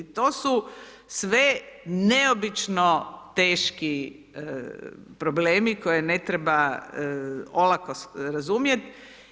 To su sve neobično teški problemi koje ne treba olako razumijeti.